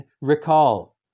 recall